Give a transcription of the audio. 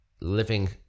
living